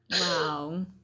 Wow